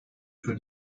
für